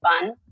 fun